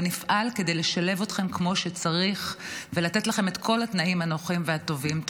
ונפעל כדי לשלב אתכם כמו שצריך ולתת לכם את כל התנאים הנוחים והטובים.